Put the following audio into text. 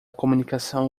comunicação